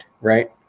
right